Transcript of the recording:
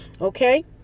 okay